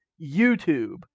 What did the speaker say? YouTube